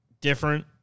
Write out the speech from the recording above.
different